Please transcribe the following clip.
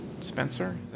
Spencer